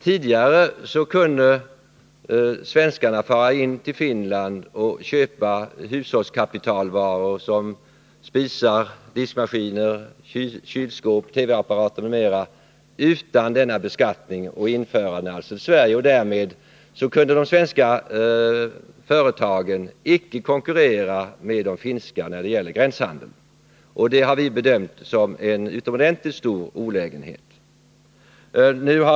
Tidigare kunde svenskar fara till Finland och köpa hushållskapitalvaror såsom spisar, diskmaskiner, kylskåp, TV-apparater m.m. utan att betala skatt på dem vid införandet till Sverige. Det gjorde att de svenska företagen icke kunde konkurrera med de finska när det gällde gränshandeln. Det har vi bedömt som en utomordentligt stor olägenhet.